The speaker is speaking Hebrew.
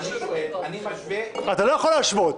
אני משווה --- אתה לא יכול להשוות.